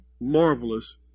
marvelous